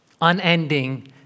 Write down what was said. unending